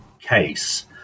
case